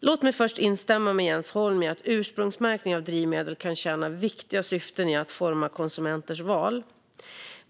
Låt mig först instämma med Jens Holm i att ursprungsmärkning av drivmedel kan tjäna viktiga syften i att forma konsumenters val.